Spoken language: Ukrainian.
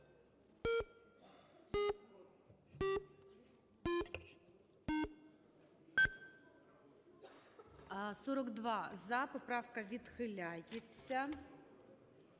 - "за", поправка відхиляється.